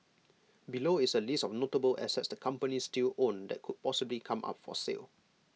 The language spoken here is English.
below is A list of notable assets the companies still own that could possibly come up for sale